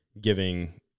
giving